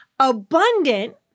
Abundant